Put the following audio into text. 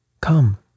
Come